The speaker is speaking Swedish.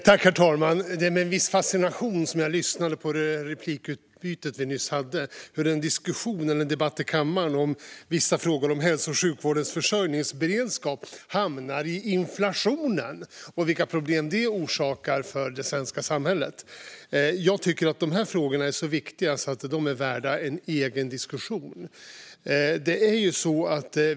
Herr talman! Det var med en viss fascination som jag lyssnade på replikskiftet nyss och hörde hur en debatt i kammaren om vissa frågor om hälso och sjukvårdens försörjningsberedskap hamnade i inflationen och vilka problem det orsakar för det svenska samhället. Jag tycker att de frågorna är så viktiga att de är värda en egen diskussion.